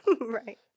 Right